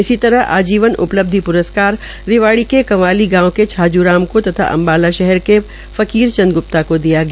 इसी तरह आजीवन उपलब्धि प्रस्कार रिवाड़ी के कंवाली गांव के छाजू राम को तथा अम्बाला शहर के फकीर चंद ग्प्ता को दिया गया